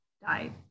died